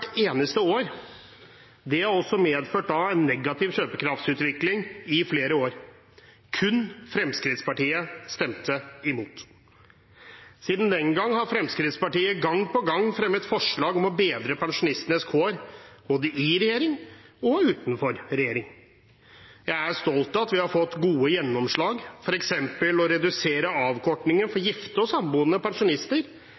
eneste år. Det har også medført en negativ kjøpekraftsutvikling i flere år. Kun Fremskrittspartiet stemte imot. Siden den gang har Fremskrittspartiet gang på gang fremmet forslag om å bedre pensjonistenes kår, både i regjering og utenfor regjering. Jeg er stolt av at vi har fått gode gjennomslag, f.eks. for å redusere avkortingen